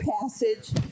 passage